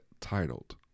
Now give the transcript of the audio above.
titled